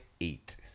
eight